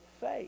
faith